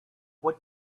what